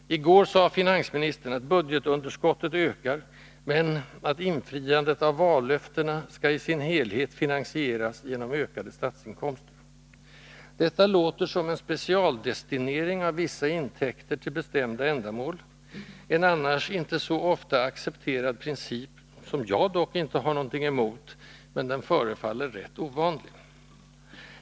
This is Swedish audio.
I går sade finansministern att budgetunderskottet ökar, men att infriandet av vallöftena skall ”i sin helhet finansieras genom ökade statsinkomster”. Detta låter som en specialdestinering av vissa intäkter till bestämda ändamål — en annars inte så ofta accepterad princip, som jag dock inte har någonting emot, men den förefaller rätt ovanlig.